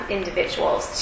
individuals